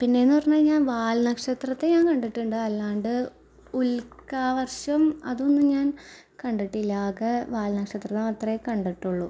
പിന്നേ എന്ന് പറഞ്ഞ് കഴിഞ്ഞാൽ വാൽനക്ഷത്രത്തെ ഞാൻ കണ്ടിട്ടുണ്ട് അല്ലാതെ ഉൽക്കാവർഷം അതൊന്നും ഞാൻ കണ്ടിട്ടില്ല ആകെ വാൽ നക്ഷത്രത്തെ മാത്രമേ കണ്ടിട്ടുള്ളു